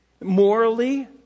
morally